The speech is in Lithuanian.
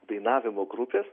dainavimo grupės